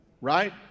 Right